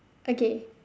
okay